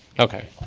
okay.